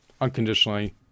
unconditionally